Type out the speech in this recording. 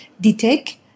detect